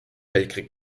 weltkrieg